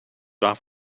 off